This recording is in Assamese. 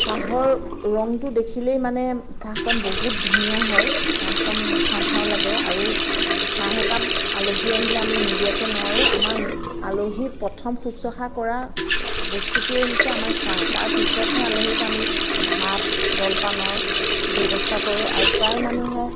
চাহৰ ৰঙটো দেখিলেই মানে চাহকণ বহুত ধুনীয়া হয় চাহকণ খাওঁ খাওঁ লাগে আৰু চাহ একাপ আলহী আহিলে আমি নিদিয়াকৈ নোৱাৰোঁ আমাৰ আলহী প্ৰথম শুশ্ৰূষা কৰা বস্তুটোৱেই হৈছে আমাৰ চাহ তাৰপিছতহে আলহীক আমি ভাত জলপানৰ ব্যৱস্থা কৰোঁ আৰু প্ৰায় মানুহে